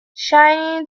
shining